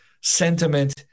sentiment